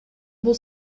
бул